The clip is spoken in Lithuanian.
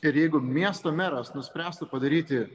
ir jeigu miesto meras nuspręstų padaryti